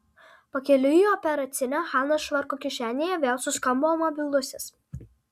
pakeliui į operacinę hanos švarko kišenėje vėl suskambo mobilusis